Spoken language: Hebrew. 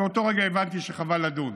ומאותו רגע הבנתי שחבל לדון.